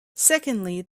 secondly